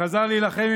וחזר להילחם,